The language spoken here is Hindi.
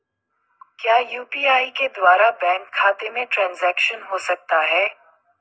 क्या यू.पी.आई के द्वारा बैंक खाते में ट्रैन्ज़ैक्शन हो सकता है?